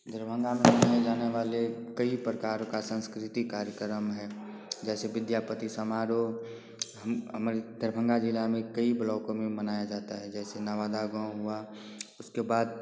दरभंगा में पाए जाने वाले कई प्रकार का सांस्कृतिक कार्यक्रम है जैसे विद्यापति समारोह दरभंगा ज़िला में कई ब्लॉकों में मनाया जाता है जैसे नवादा गाँव हुआ उसके बाद